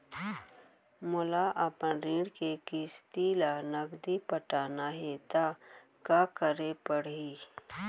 मोला अपन ऋण के किसती ला नगदी पटाना हे ता का करे पड़ही?